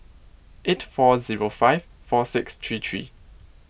eight four zero five four six three three